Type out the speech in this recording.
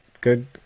Good